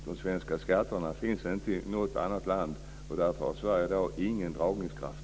De svenska skatterna finns inte i något annat land, och därför har Sverige ingen dragningskraft.